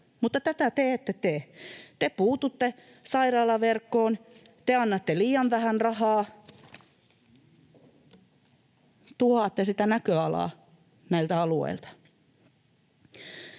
Mutta tätä te ette tee: te puututte sairaalaverkkoon, te annatte liian vähän rahaa, tuhoatte sitä näköalaa näiltä alueilta.